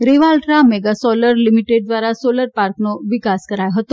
રેવા ultra mega solar limited દ્વારા solar પાર્કનો વિકાસ કરાયો હતો